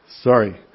Sorry